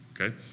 Okay